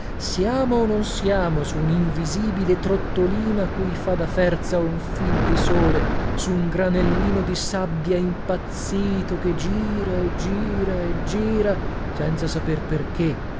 o non siamo su uninvisibile trottolina cui fa da ferza un fil di sole su un granellino di sabbia impazzito che gira e gira e gira senza saper perché